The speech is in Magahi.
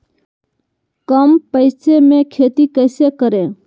कम पैसों में खेती कैसे करें?